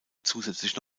zusätzlich